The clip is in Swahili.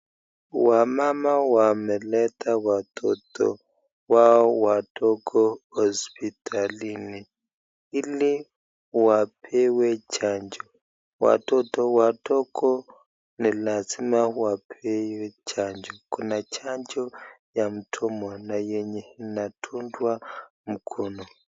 Wamama wameleta watoto wao wadogo hosiptalini ili wapewe chanjo. Watoto wadogo ni lazima wapewe chanjo, kuna chanjo ya mdomo na yenye inadungwa mkono.